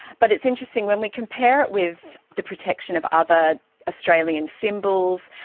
but it's interesting, when we compare it with the protection of other australian symbols,